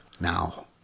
now